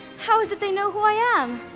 how is it they know who i am?